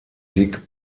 dick